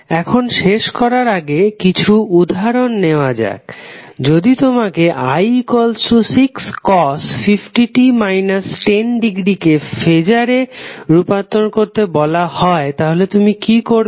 এখন শেষ করার আগে কিছু উদাহরণ নেওয়া যাক যদি তোমাকে i650t 10° কে ফেজারে রূপান্তর করতে বলা হয় তাহলে তুমি কি করবে